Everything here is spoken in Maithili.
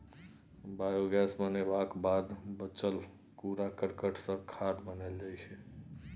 बायोगैस बनबाक बाद बचल कुरा करकट सँ खाद बनाएल जाइ छै